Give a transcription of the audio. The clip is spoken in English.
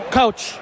coach